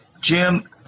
Jim